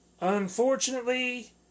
Unfortunately